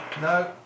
No